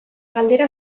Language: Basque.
galdera